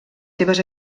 seves